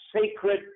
sacred